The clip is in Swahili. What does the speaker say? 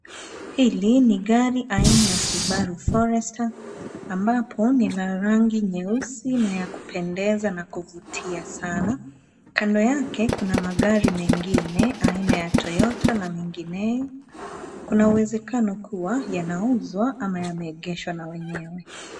Hili ni gari aina ya subaru forester ambapo ni la rangi nyeusi na ya kupendeza na kuvutia sana. Kando yake kuna magari mengine aina ya Toyota na mengineyo. Kuna uwezekano kuwa yanauzwa ama yameegeshwa na wenyewe.